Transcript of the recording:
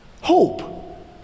Hope